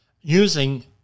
using